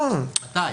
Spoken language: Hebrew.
מתי?